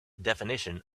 definition